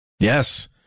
Yes